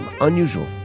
unusual